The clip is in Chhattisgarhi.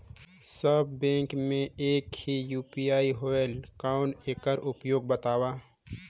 सब बैंक मे एक ही यू.पी.आई होएल कौन एकर उपयोग बताव?